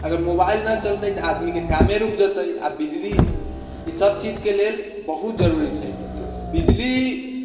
अगर मोबाइल नहि चलतै तऽ आदमीके कामे रुकि जेतै आओर बिजली ईसब चीजके लेल बहुत जरूरी छै बिजली